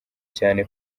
cyane